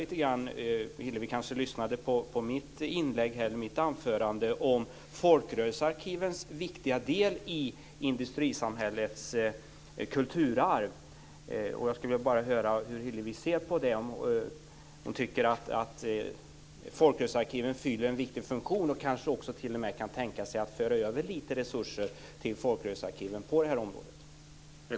Hillevi kanske lyssnade på mitt anförande om folkrörelsearkivens viktiga roll när det gäller industrisamhällets kulturarv. Jag skulle vilja höra hur Hillevi Larsson ser på det och om hon tycker att folkrörelsearkiven fyller en viktig funktion och kanske t.o.m. kan tänka sig att föra över lite resurser till folkrörelsearkiven på detta område.